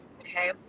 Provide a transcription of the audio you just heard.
okay